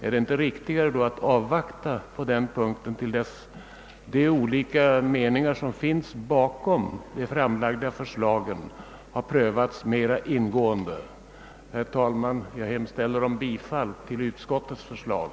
Är det inte riktigare att då avvakta på den punkten tills de olika meningar som finns bakom de framlagda förslagen har prövats mera ingående? Herr talman! Jag hemställer om bifall till utskottets förslag.